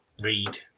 read